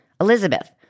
Elizabeth